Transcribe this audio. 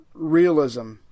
Realism